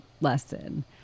lesson